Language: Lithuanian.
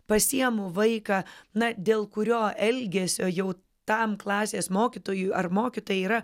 pasiėmu vaiką na dėl kurio elgesio jau tam klasės mokytojui ar mokytojai yra